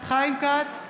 חיים כץ,